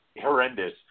horrendous